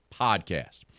podcast